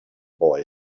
boy